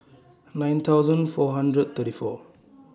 nine thousand four hundred thirty four